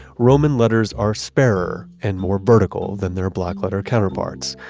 roman letters are sparer and more vertical than their blackletter counterparts.